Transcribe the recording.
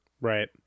Right